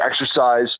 exercise